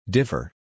Differ